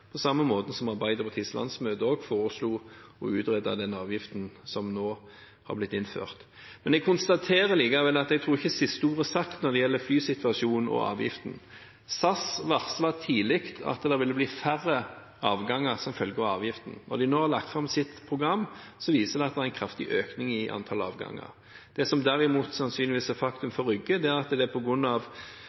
På samme måte foreslo også Arbeiderpartiets landsmøte å utrede den avgiften som nå har blitt innført. Men jeg konstaterer likevel at jeg tror ikke siste ord er sagt når det gjelder flysituasjonen og avgiften. SAS varslet tidlig at det ville bli færre avganger som følge av avgiften. Når de nå har lagt fram sitt program, viser det at det er en kraftig økning i antallet avganger. Det som derimot sannsynligvis er faktum for Rygge, er at det er